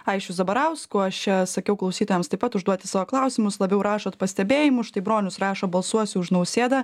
aisčiu zabarausku aš čia sakiau klausytojams taip pat užduoti savo klausimus labiau rašot pastebėjimus štai bronius rašo balsuosiu už nausėdą